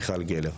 מיכל גלר".